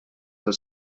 del